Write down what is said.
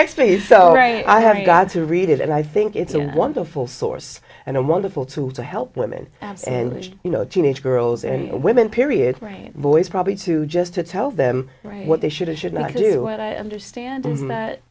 actually so very i have got to read it and i think it's a wonderful source and a wonderful tool to help women and you know teenage girls and women period for a voice probably to just to tell them what they should or should not do what i understand